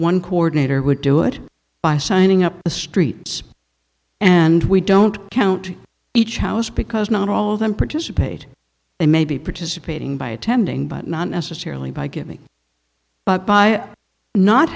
one coordinator would do it by signing up the streets and we don't count to each house because not all of them participate in maybe participating by attending but not necessarily by giving but by not